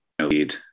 lead